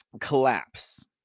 collapse